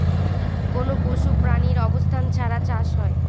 কোনো পশু প্রাণীর অবস্থান ছাড়া চাষ হয়